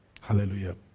Hallelujah